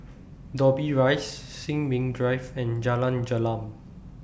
Dobbie Rise Sin Ming Drive and Jalan Gelam